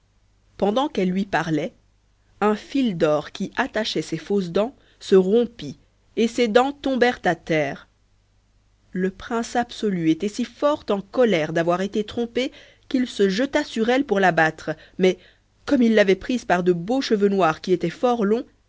pendant qu'elle lui parlait un fil d'or qui attachait ses fausses dents se rompit et ses dents tombèrent à terre le prince absolu était si fort en colère d'avoir été trompé qu'il se jeta sur elle pour la battre mais comme il l'avait prise par de beaux cheveux noirs qui étaient fort longs